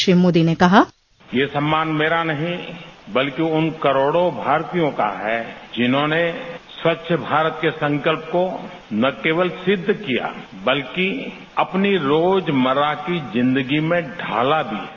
श्री मोदी ने कहा यह सम्मान मेरा नहीं बल्कि उन करोड़ों भारतीयों का है जिन्होंने स्वच्छ भारत के संकल्प को न केवल सिद्ध किया है बल्कि अपनी रोजमर्रा की जिंदगी में ढाला भी है